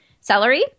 celery